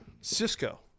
Cisco